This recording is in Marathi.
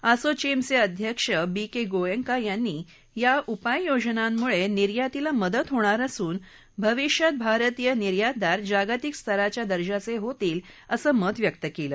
आसोचेमचे अध्यक्ष बी के गोएंका यांनी या उपाययोजनांमुळे निर्यातीला मदत होणार असून भविष्यात भारतीय निर्यातदार जागतिक स्तराच्या दर्जाचे होतील असं मत व्यक्त केलं